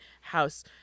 House